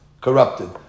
corrupted